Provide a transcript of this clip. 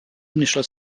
initial